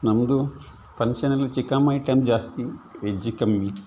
ನಮ್ದು ಫಂಕ್ಷನಲ್ಲಿ chicken item ಜಾಸ್ತಿ ವೆಜ್ ಕಮ್ಮಿ